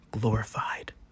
glorified